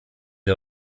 der